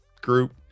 group